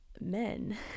men